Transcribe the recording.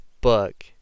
book